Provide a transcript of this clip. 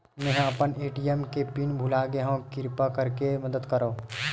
मेंहा अपन ए.टी.एम के पिन भुला गए हव, किरपा करके मदद करव